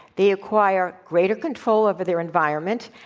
they acquire greater control over their environment,